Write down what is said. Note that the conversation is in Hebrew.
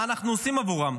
מה אנחנו עושים עבורם.